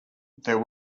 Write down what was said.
there